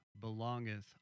belongeth